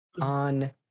on